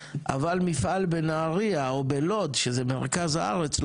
אבל מפעל בנהריה או בלוד שזה מרכז הארץ,